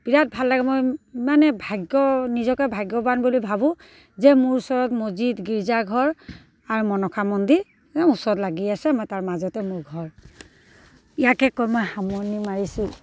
বিৰাট ভাল লাগে মই ইমানে ভাগ্য নিজকে ভাগ্যৱান বুলি ভাবোঁ যে মোৰ ওচৰত মছজিদ গীৰ্জাঘৰ আৰু মনসা মন্দিৰ এই ওচৰত লাগি আছে মই তাৰ মাজতে মোৰ ঘৰ ইয়াকে কৈ মই সামৰণি মাৰিছোঁ